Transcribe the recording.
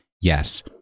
Yes